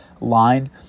line